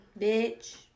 Bitch